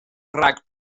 rhag